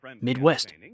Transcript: Midwest